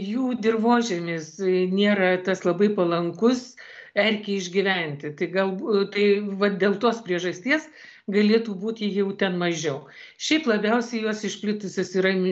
jų dirvožemis nėra tas labai palankus erkei išgyventi tai galbūt tai vat dėl tos priežasties galėtų būti jau ten mažiau šiaip labiausiai jos išplitusius yra